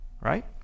right